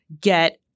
get